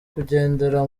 kugendera